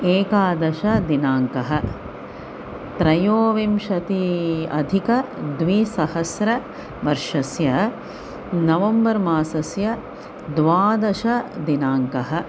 एकादशदिनाङ्कः त्रयोविंशत्यधिकद्विसहस्रवर्षस्य नवम्बर् मासस्य द्वादशदिनाङ्कः